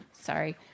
Sorry